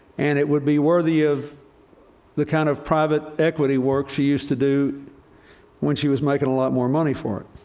and it would be worthy of the kind of private equity work she used to do when she was making a lot more money for it.